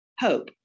hope